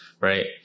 Right